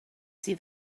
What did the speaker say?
see